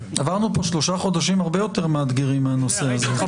עברנו פה שלושה חודשים הרבה יותר מאתגרים מהנושא הזה.